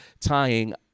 tying